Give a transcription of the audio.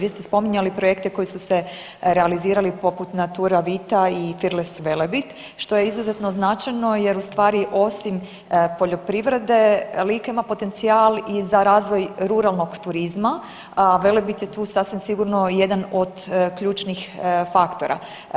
Vi ste spominjali projekte koji su se realizirali poput Naturavita i Fearless Velebit što je izuzetno značajno jer ustvari osim poljoprivrede Lika ima potencijal i za razvoj ruralnog turizma, a Velebit je tu sasvim sigurno jedan od ključnih faktora.